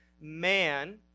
man